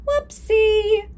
Whoopsie